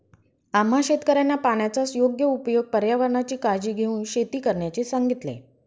आम्हा शेतकऱ्यांना पाण्याचा योग्य उपयोग, पर्यावरणाची काळजी घेऊन शेती करण्याचे सांगितले